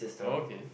oh okay